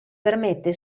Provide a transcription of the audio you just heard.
permette